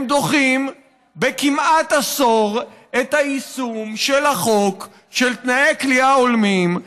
הם דוחים כמעט בעשור את היישום של חוק תנאי כליאה הולמים,